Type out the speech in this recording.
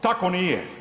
Tako nije.